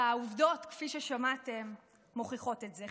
והעובדות, כפי ששמעתם, מוכיחות את זה.